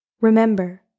Remember